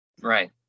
Right